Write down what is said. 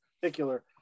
particular